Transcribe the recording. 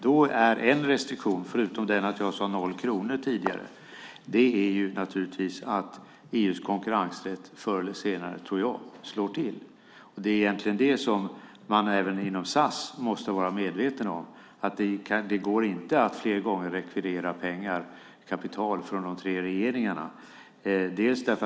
Då är restriktionen naturligtvis, förutom att jag sade 0 kronor tidigare, den att EU:s konkurrensrätt förr eller senare slår till. Det är egentligen det som man även inom SAS måste vara medveten om. Det går inte att rekvirera kapital från de tre regeringarna fler gånger.